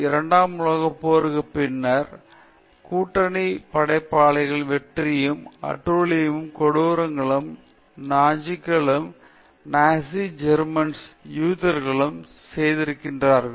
இரண்டாம் உலகப் போருக்குப் பின்னர் கூட்டணிப் படைகளின் வெற்றியும் அட்டூழியங்களும் கொடூரங்களும் நாஜிக்களும் நாஜி ஜேர்மனியர்களும் யூதர்களுக்கு செய்திருக்கிறார்கள்